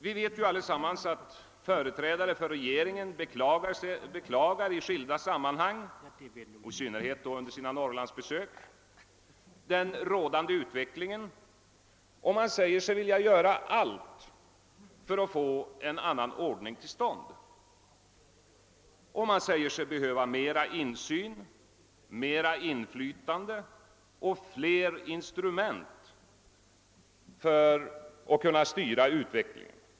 Vi vet alla att företrädare för regeringen i skilda sammanhang — och i synnerhet då under sina Norrlandsbesök — beklagar den rådande utvecklingen och säger sig vilja göra allt för att få en annan ordning till stånd. Man säger sig behöva mer insyn, mer inflytande och fler instrument för att kunna styra utvecklingen.